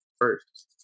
first